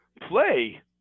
play